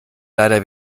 leider